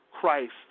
Christ